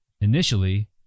initially